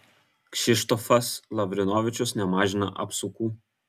kšištofas lavrinovičius nemažina apsukų